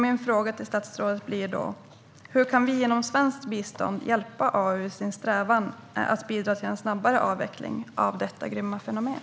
Min fråga till statsrådet blir då: Hur kan vi genom svenskt bistånd hjälpa AU i dess strävan att bidra till en snabbare avveckling av detta grymma fenomen?